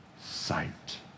sight